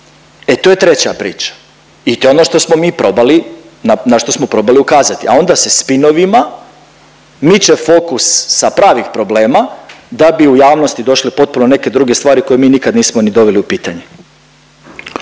e to je treća priča. I to je ono što smo mi probali, na što smo probali ukazati, a onda se spinovima miče fokus sa pravih problema da bi u javnosti došle potpuno neke druge stvari koje mi nikad nismo ni doveli u pitanje.